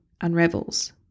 unravels